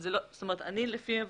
לפי הבנתי,